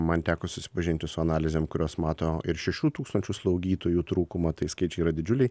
man teko susipažinti su analizėm kurios mato ir šešių tūkstančių slaugytojų trūkumą tai skaičiai yra didžiuliai